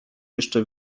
jeszcze